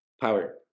power